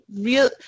real